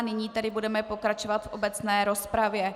Nyní tedy budeme pokračovat v obecné rozpravě.